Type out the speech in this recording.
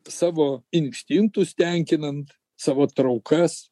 savo instinktus tenkinant savo traukas